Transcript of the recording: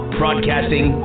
broadcasting